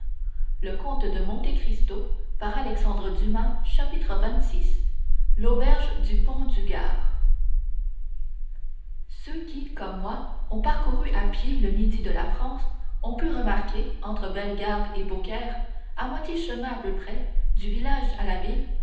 et sortir de marseille par la porte d'aix xxvi l'auberge du pont du gard ceux qui comme moi ont parcouru à pied le midi de la france ont pu remarquer entre bellegarde et beaucaire à moitié chemin à peu près du village à la ville